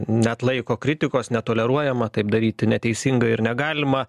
neatlaiko kritikos netoleruojama taip daryti neteisinga ir negalima